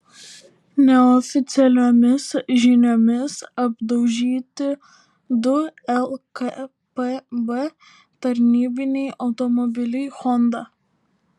neoficialiomis žiniomis apdaužyti du lkpb tarnybiniai automobiliai honda